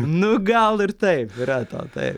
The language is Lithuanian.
nu gal ir taip yra to taip